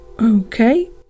Okay